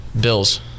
Bills